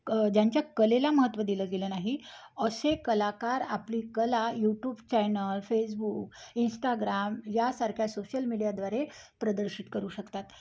की ज्यांच्या कलेला महत्त्व दिलं गेलं नाही असे कलाकार आपली कला यूट्यूब चॅनल फेसबुक इंस्टाग्राम यासारख्या सोशल मीडियाद्वारे प्रदर्शित करू शकतात